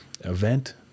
event